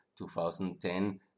2010